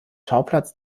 schauplatz